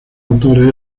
autores